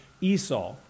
Esau